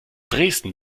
dresden